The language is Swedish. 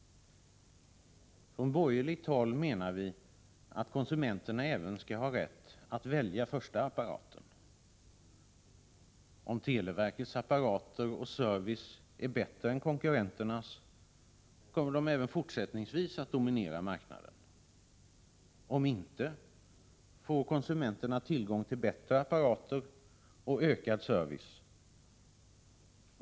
Från borgerligt håll menar vi att konsumenterna skall ha rätt att välja även första apparaten. Om televerkets apparater och service är bättre än konkurrenternas kommer de även fortsättningsvis att dominera marknaden. Om inte, får konsumenterna tillgång till bättre apparater och ökad service.